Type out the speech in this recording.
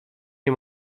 nie